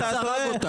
אתה יודע.